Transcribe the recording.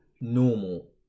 normal